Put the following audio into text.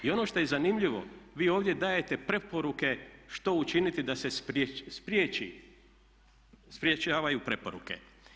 I ono što je zanimljivo, vi ovdje dajete preporuke što učiniti da se sprječavaju preporuke.